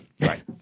Right